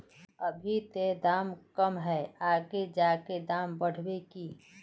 अभी ते दाम कम है आगे जाके दाम बढ़ते की?